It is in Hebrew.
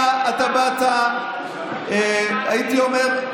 אתה באת, הייתי אומר,